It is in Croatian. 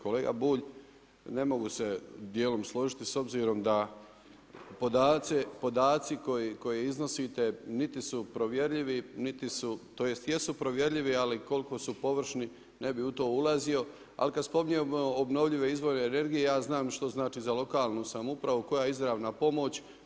Kolega Bulj ne mogu se djelom složiti s obzirom da podaci koje iznosite, niti su provjerljivi, niti su, tj. jesu provjerljivi, ali koliko su površni, ne bi u to ulazio, ali kad spominjemo obnovljive izvore energije, ja znam što znači za lokalnu samoupravu, koja izravna pomoć.